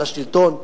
על השלטון,